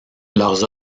leurs